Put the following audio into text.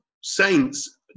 saints